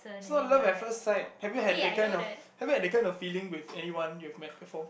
so love at first sight have you had that kind of have you had that kind of feeling with anyone you've met before